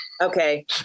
Okay